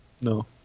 No